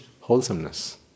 wholesomeness